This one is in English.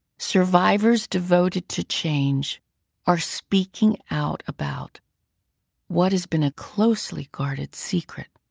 survivors devoted to change are speaking out about what has been a closely guarded secret.